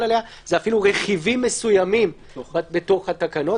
על הממשלה - רכיבים מסוימים בתקנות,